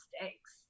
mistakes